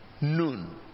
noon